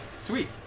Sweet